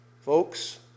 Folks